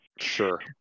Sure